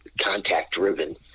contact-driven